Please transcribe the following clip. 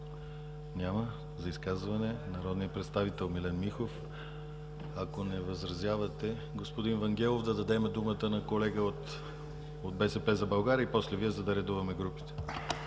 Няма. За изказване – народният представител Милен Михов. Ако не възразявате, господин Вангелов, да дадем думата на колега от „БСП за България“ и после Вие, за да редуваме групите.